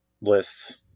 lists—